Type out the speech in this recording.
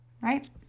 Right